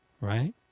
right